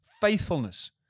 Faithfulness